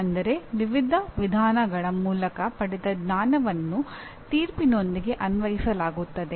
ಅಂದರೆ ವಿವಿಧ ವಿಧಾನಗಳ ಮೂಲಕ ಪಡೆದ ಜ್ಞಾನವನ್ನು ತೀರ್ಪಿನೊಂದಿಗೆ ಅನ್ವಯಿಸಲಾಗುತ್ತದೆ